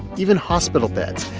even hospital beds.